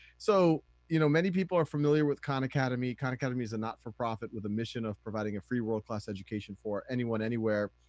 so you know many people are familiar with khan academy, khan academy is a not-for-profit with a mission of providing a free world class education for anyone anywhere.